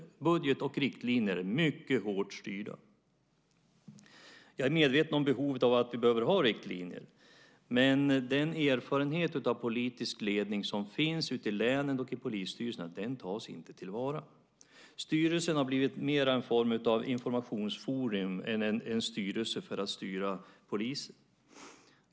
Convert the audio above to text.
Budget och riktlinjer är mycket hårt styrda. Jag är medveten om behovet av att ha riktlinjer, men den erfarenhet av politisk ledning som finns ute i länen och i polisstyrelserna tas inte till vara. Styrelsen har blivit mera en form av informationsforum än en styrelse för att styra polisen.